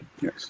Yes